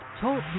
Talk